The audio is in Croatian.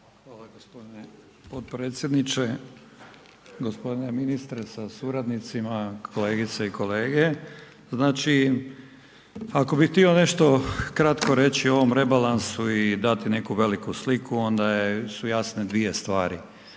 Hvala g. potpredsjedniče. g. Ministre sa suradnicima, kolegice i kolege, znači ako bih htio nešto kratko reći o ovom rebalansu i dati neku veliku sliku onda su jasne dvije stvari,